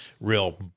real